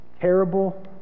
terrible